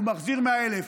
הוא מחזיר 100,000,